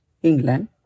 England